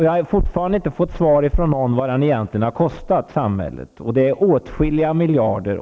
Jag har fortfarande inte fått svar från någon om vad den egentligen har kostat samhället. Det är fråga om åtskilliga miljarder.